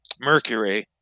Mercury